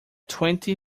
twenty